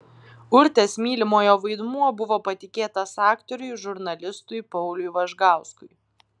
urtės mylimojo vaidmuo buvo patikėtas aktoriui žurnalistui pauliui važgauskui